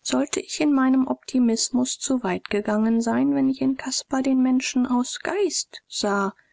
sollte ich in meinem optimismus zu weit gegangen sein wenn ich in caspar den menschen aus geist sah